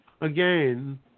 again